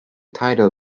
title